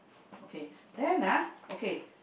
okay then ah okay